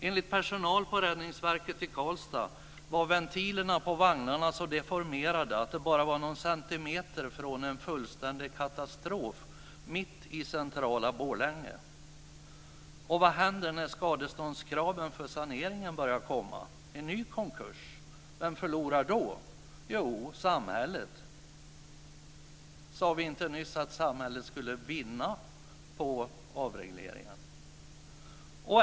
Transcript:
Enligt personal på Räddningsverket i Karlstad var ventilerna på vagnarna så deformerade att det bara var någon centimeter från en fullständig katastrof, mitt i centrala Borlänge. Vad händer när skadeståndskraven för saneringen börjar komma? Blir det en ny konkurs? Vem förlorar då? Jo, samhället förlorar. Sade vi inte nyss att samhället skulle vinna på avregleringen?